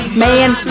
man